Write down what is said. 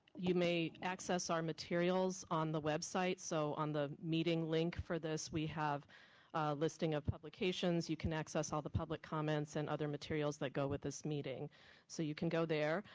you may access our materials on the website, so on the meeting link for this, we have a listing of publications, you can access all the public comments and other materials that go with this meeting so you can go there.